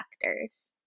factors